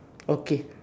okay